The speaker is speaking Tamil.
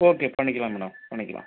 ஓகே பண்ணிக்கலாம் மேடம் பண்ணிக்கலாம்